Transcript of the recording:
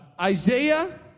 Isaiah